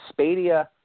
Spadia